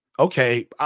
Okay